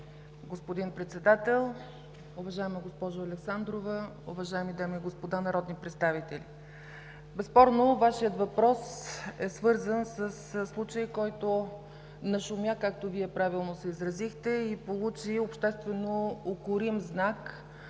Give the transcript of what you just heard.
господин Председател, уважаема госпожо Александрова, уважаеми дами и господа народни представители! Безспорно Вашият въпрос е свързан със случая, който нашумя, както Вие правилно се изразихте, и получи обществено укорим знак